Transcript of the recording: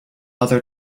other